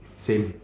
same